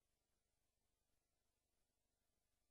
חברי